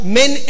men